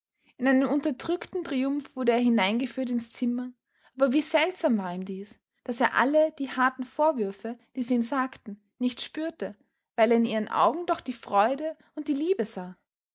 in einem unterdrückten triumph wurde er hineingeführt ins zimmer aber wie seltsam war ihm dies daß er alle die harten vorwürfe die sie ihm sagten nicht spürte weil er in ihren augen doch die freude und die liebe sah